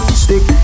stick